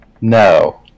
No